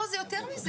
לא, זה יותר מזה.